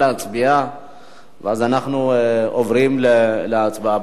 אנחנו עוברים להצבעה.